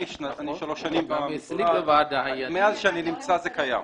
אני שלוש שנים במשרד, מאז שאני נמצא זה קיים.